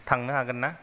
थांनो हागोन ना